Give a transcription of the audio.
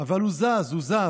'אבל / הוא זז, הוא זז!'.